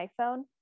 iPhone